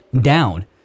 down